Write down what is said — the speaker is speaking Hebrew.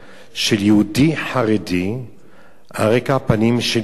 של יהודי חרדי על רקע פנים של אשה.